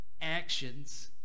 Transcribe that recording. actions